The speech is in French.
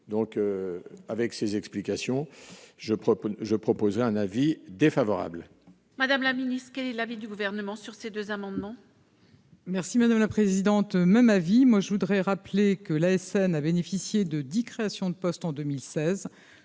donc avec ces explications, je crois que je proposerai un avis défavorable. Madame la ministre qu'est l'avis du Gouvernement sur ces deux amendements. Merci madame la présidente, même avis : moi, je voudrais rappeler que l'ASN a bénéficié de 10 créations de postes en 2016